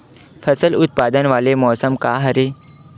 फसल उत्पादन वाले मौसम का हरे?